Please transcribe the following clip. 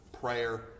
prayer